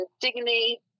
dignity